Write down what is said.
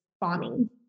bombing